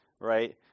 right